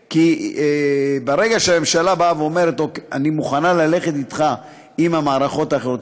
ברגע שהממשלה באה ואומרת: אני מוכנה ללכת אתך עם המערכות האחרות,